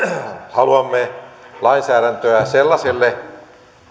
haluamme lainsäädäntöä sellaiselle